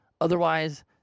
Otherwise